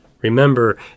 Remember